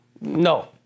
no